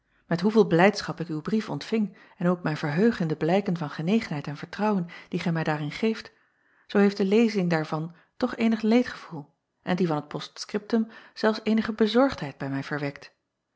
et hoeveel blijdschap ik uw brief ontving en hoe ik mij verheug in de blijken van genegenheid en vertrouwen die gij mij daarin geeft zoo heeft de lezing daarvan toch eenig leedgevoel en die van het post-scriptum zelfs eenige bezorgdheid bij mij verwekt